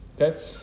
Okay